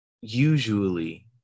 usually